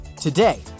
Today